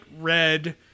red